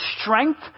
strength